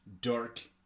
dark